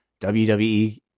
WWE